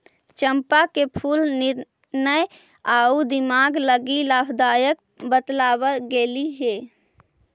चंपा के फूल निर्णय आउ दिमाग लागी लाभकारी बतलाबल गेलई हे